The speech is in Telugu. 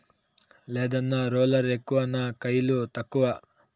లేదన్నా, రోలర్ ఎక్కువ నా కయిలు తక్కువ